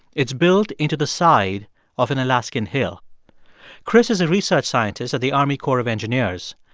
it's built into the side of an alaskan hill chris is a research scientist at the army corps of engineers.